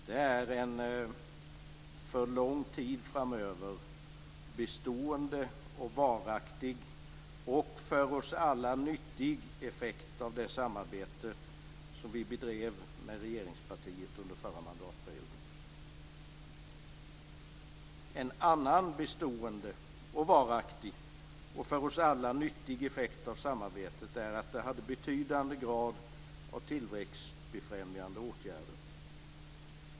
Det är en för lång tid framöver bestående och varaktig och för oss alla nyttig effekt av det samarbete som vi bedrev med regeringspartiet under förra mandatperioden. En annan bestående och varaktig och för oss alla nyttig effekt av samarbetet är en betydande grad av tillväxtbefrämjande åtgärder.